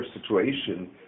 situation